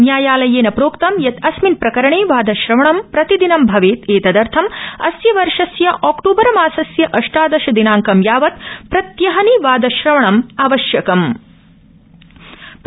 न्यायालयेन प्रोक्तम यत अस्मिन प्रकरणे वादश्रवणं प्रतिदिनं भवेत एतदर्थ अस्य वर्षस्य अक्टूबरमासस्य अष्टादश दिनांकं यावत प्रत्यहनि वादश्रवणम आवश्यकं वर्तते